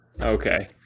Okay